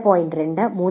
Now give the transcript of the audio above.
2 3